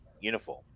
uniform